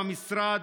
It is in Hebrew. במשרד,